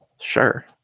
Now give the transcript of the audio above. sure